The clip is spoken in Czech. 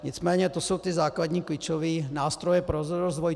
Nicméně to jsou ty základní klíčové nástroje pro rozvoj.